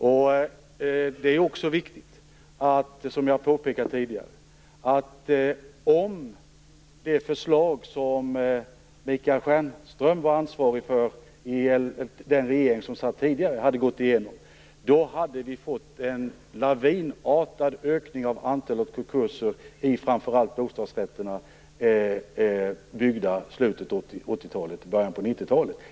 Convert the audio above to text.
Något som också är viktigt, som jag tidigare har påpekat, är att om det förslag som Michael Stjernström var ansvarig för i den tidigare regeringen hade gått igenom hade vi fått en lavinartad ökning av antalet konkurser framför allt när det gäller bostadsrätter byggda i slutet av 80-talet och början av 90-talet.